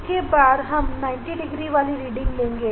जिसके बाद हम लोग 90 डिग्री आर 45 डिग्री वाली रीडिंग लेंगे